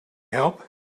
help